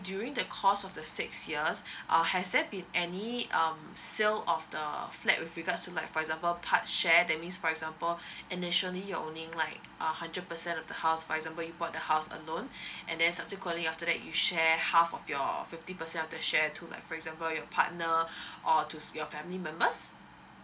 during the course of the six years uh has there been any um sale of the flat with regards to like for example part share that means for example initially you're owning like uh hundred percent of the house for example you bought the house alone and then subsequently after that you share half of your fifty percent of the share to like for example your partner or to your family members